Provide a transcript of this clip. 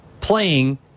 playing